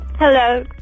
Hello